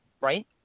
right